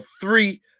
three